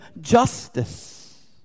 justice